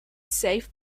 safe